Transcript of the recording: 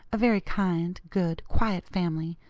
a very kind, good, quiet family,